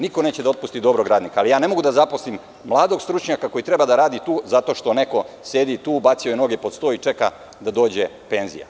Niko neće da otpusti dobrog radnika, ali ne mogu da zaposlim mladog stručnjaka koji treba da radi tu zato što neko sedi tu, bacio je noge pod sto i čeka da dođe penzija.